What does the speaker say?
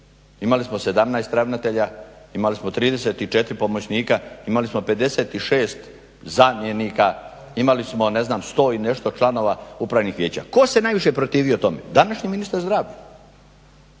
Imali smo 17 ravnatelja, imali smo 34 pomoćnika, imali smo 56 zamjenika, imali smo ne znam 100 i nešto članova upravnih vijeća. Tko se najviše protivio tome? Današnji ministar zdravlja.